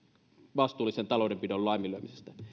vastuullisen taloudenpidon laiminlyömisestä